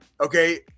Okay